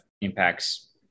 impacts